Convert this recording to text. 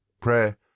prayer